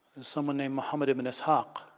is someone named mohammad ad-min-is hah-ck